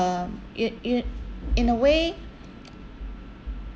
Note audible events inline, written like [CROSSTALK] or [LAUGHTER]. um it it in a way [NOISE]